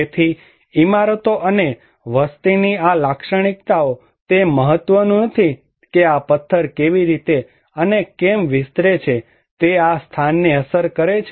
તેથી ઇમારતો અને વસ્તીની આ લાક્ષણિકતાઓ તે મહત્વનું નથી કે આ પત્થર કેવી રીતે અને કેમ વિસ્તરે છે તે આ સ્થાનને અસર કરે છે